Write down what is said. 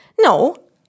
No